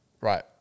right